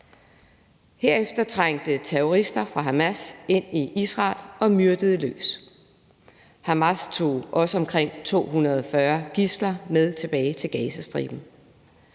Herefter trængte terrorister fra Hamas ind i Israel og myrdede løs. Hamas tog også omkring 240 gidsler med tilbage til Gazastriben.